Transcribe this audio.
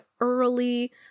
early